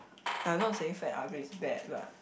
like not saying fat and ugly is bad lah